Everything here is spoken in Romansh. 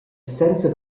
senza